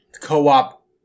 co-op